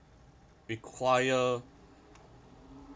require